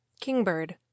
Kingbird